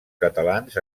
catalans